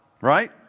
right